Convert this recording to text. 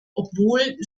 obwohl